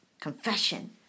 Confession